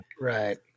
Right